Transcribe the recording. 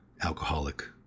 alcoholic